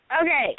Okay